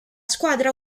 squadra